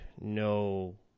no